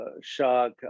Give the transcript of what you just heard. shock